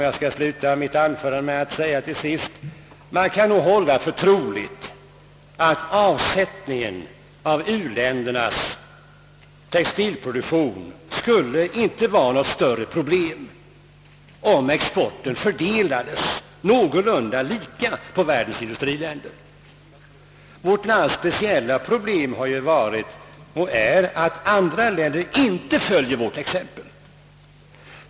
Jag skall sluta mitt anförande med att säga att det nog kan hållas för troligt att avsättningen av u-ländernas textilproduktion inte behövde vara något större problem, om exporten fördelades någorlunda lika på världens industri länder. Vårt lands speciella problem har ju varit och är att andra länder inte följer vårt exempel.